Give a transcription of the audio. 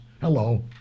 Hello